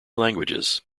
languages